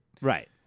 Right